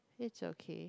it's okay